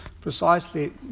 precisely